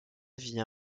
vie